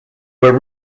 were